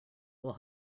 will